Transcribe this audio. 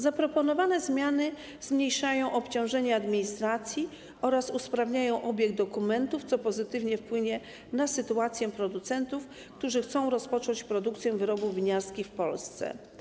Zaproponowane zmiany zmniejszają obciążenia administracji oraz usprawniają obieg dokumentów, co pozytywnie wpłynie na sytuację producentów, którzy chcą rozpocząć produkcję wyrobów winiarskich w Polsce.